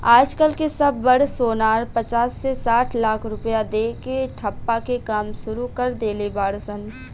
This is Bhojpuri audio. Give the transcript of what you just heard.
आज कल के सब बड़ सोनार पचास से साठ लाख रुपया दे के ठप्पा के काम सुरू कर देले बाड़ सन